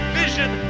vision